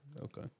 Okay